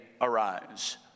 arise